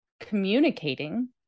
communicating